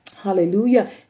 Hallelujah